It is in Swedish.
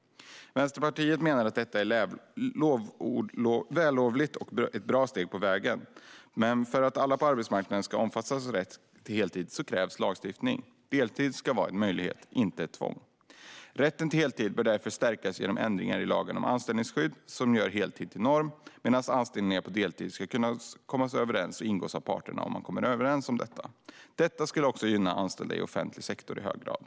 Vänsterpartiet menar att detta är vällovligt och ett bra steg på vägen, men för att alla på arbetsmarknaden ska omfattas av rätt till heltid krävs lagstiftning. Deltid ska vara en möjlighet, inte ett tvång. Rätten till heltid bör därför stärkas genom ändringar som gör heltid till norm i lagen om anställningsskydd. När det gäller anställningar på deltid ska parterna kunna komma överens om och ingå sådana avtal, om man kommer överens om detta. Det skulle också gynna anställda i offentlig sektor i hög grad.